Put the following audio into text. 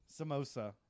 Samosa